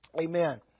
Amen